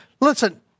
listen